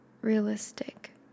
realistic